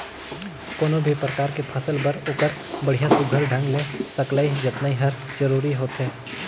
कोनो भी परकार के फसल बर ओखर बड़िया सुग्घर ढंग ले सकलई जतनई हर जरूरी होथे